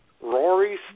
Rory